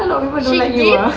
he